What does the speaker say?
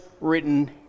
written